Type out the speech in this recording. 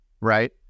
Right